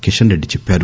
కిషస్ రెడ్డి చెప్పారు